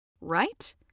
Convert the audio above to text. Right